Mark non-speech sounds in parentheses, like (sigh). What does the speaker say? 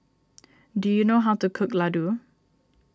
(noise) do you know how to cook Ladoo